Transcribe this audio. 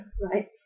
right